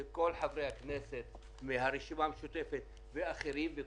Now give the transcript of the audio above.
כל חברי הכנסת מן הרשימה המשותפת ואחרים.